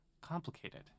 complicated